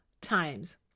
times